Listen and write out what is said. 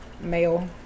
male